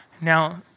Now